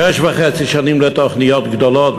שש וחצי שנים לתוכניות גדולות,